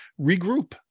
regroup